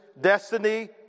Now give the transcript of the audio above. Destiny